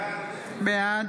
בעד